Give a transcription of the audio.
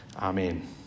amen